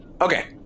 Okay